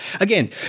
Again